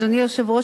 אדוני היושב-ראש,